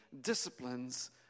disciplines